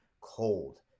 Cold